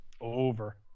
Over